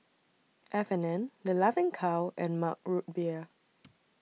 F and N The Laughing Cow and Mug Root Beer